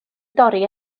dorri